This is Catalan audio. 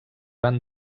van